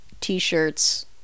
T-shirts